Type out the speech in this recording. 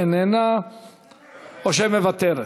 אינה נוכחת,